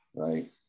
right